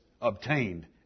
obtained